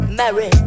marry